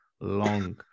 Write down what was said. long